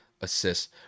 assists